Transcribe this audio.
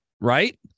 right